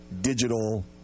digital